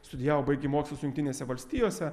studijavo baigė mokslus jungtinėse valstijose